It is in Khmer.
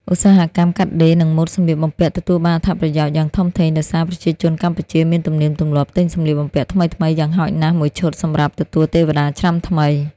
ឧស្សាហកម្មកាត់ដេរ និងម៉ូដសម្លៀកបំពាក់ទទួលបានអត្ថប្រយោជន៍យ៉ាងធំធេង ដោយសារប្រជាជនកម្ពុជាមានទំនៀមទម្លាប់ទិញសម្លៀកបំពាក់ថ្មីៗយ៉ាងហោចណាស់មួយឈុតសម្រាប់ទទួលទេវតាឆ្នាំថ្មី។